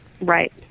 Right